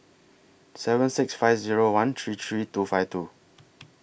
seven six five Zero one three three two five two